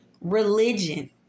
Religion